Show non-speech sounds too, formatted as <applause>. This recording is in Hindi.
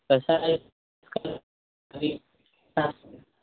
ऐसा है <unintelligible>